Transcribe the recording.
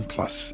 Plus